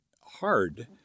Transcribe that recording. hard